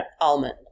almond